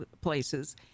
places